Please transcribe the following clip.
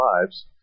lives